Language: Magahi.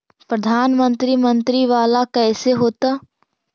प्रधानमंत्री मंत्री वाला कैसे होता?